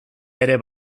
ere